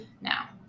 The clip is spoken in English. now